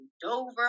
Dover